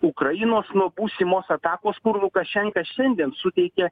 ukrainos nuo būsimos atakos lukašenka šiandien suteikia